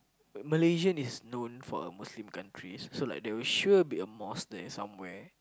Malaysian is known for a Muslim country so like they'll sure be a mosque there somewhere